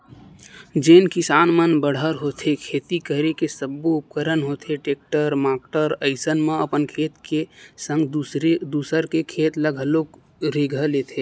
जेन किसान मन बड़हर होथे खेती करे के सब्बो उपकरन होथे टेक्टर माक्टर अइसन म अपन खेत के संग दूसर के खेत ल घलोक रेगहा लेथे